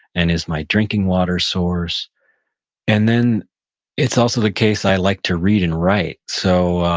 and is my drinking water source and then it's also the case i like to read and write. so,